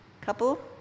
couple